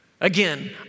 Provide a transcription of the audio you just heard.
Again